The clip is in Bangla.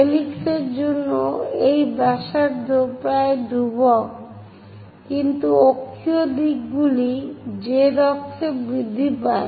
হেলিক্সের জন্য এই ব্যাসার্ধ প্রায় ধ্রুবক কিন্তু অক্ষীয় দিকগুলি z অক্ষে বৃদ্ধি পায়